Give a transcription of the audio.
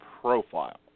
profile